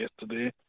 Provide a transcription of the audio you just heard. yesterday